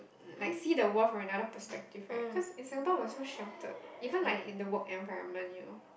like see the world with another perspective right because in Singapore was so sheltered even like in the walk environment you